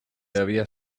había